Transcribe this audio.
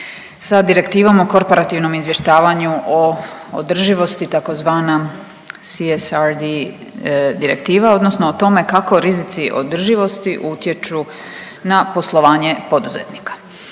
sa Direktivom o korporativnom izvještavanju o održivosti tzv. CCRD direktiva odnosno o tome kako rizici održivosti utječu na poslovanje poduzetnika.